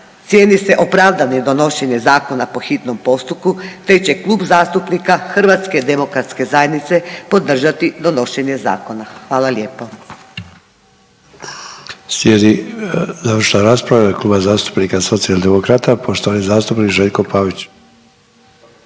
cijeni se opravdanim donošenje zakona po hitnom postupku, te će Klub zastupnika HDZ-a podržati donošenje zakona. Hvala lijepo.